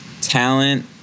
talent